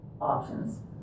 options